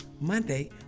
Monday